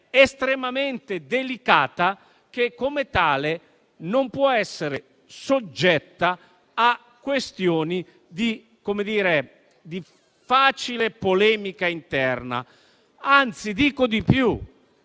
estremamente delicata che, come tale, non può essere soggetta a questioni di facile polemica interna. Dico di più.